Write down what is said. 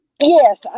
Yes